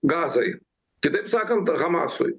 gazai kitaip sakant hamasui